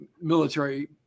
military